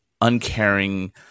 uncaring